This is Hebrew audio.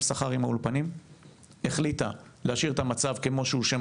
שכר עם האולפנים והחליטה להשאיר את המצב כמו שהוא,